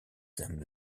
them